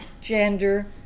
gender